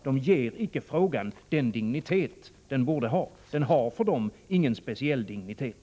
Där ger de icke frågan den dignitet den borde ha. Den har för dem ingen speciell dignitet.